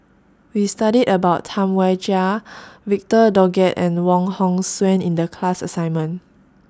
We studied about Tam Wai Jia Victor Doggett and Wong Hong Suen in The class assignment